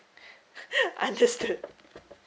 understood